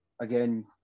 again